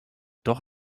doch